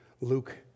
Luke